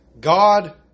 God